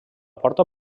porta